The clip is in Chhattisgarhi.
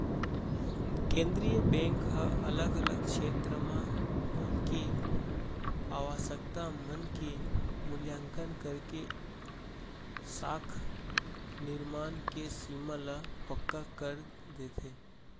केंद्रीय बेंक ह अलग अलग छेत्र बर उहाँ के आवासकता मन के मुल्याकंन करके साख निरमान के सीमा ल पक्का कर देथे